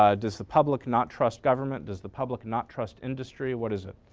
ah does the public not trust government? does the public not trust industry? what is it?